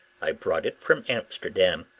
i brought it from amsterdam.